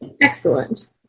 excellent